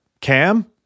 Cam